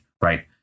right